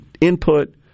input